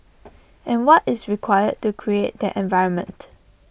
and what is required to create that environment